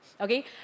okay